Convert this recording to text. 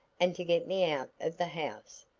and to get me out of the house,